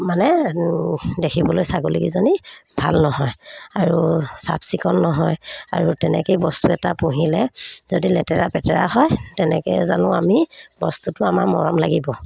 মানে দেখিবলৈ ছাগলীকেইজনী ভাল নহয় আৰু চাফ চিকুণ নহয় আৰু তেনেকেই বস্তু এটা পুহিলে যদি লেতেৰা পেতেৰা হয় তেনেকৈ জানো আমি বস্তুটো আমাৰ মৰম লাগিব